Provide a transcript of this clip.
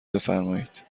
بفرمایید